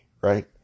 right